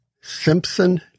Simpson